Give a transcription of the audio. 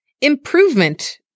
improvement